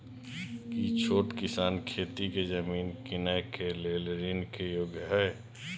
की छोट किसान खेती के जमीन कीनय के लेल ऋण के योग्य हय?